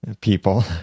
people